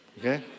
okay